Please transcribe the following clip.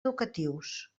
educatius